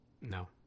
No